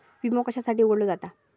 विमा कशासाठी उघडलो जाता?